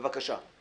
בבקשה.